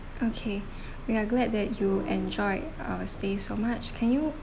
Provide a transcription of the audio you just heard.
okay we're glad that you enjoyed our stay so much can you